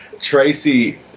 Tracy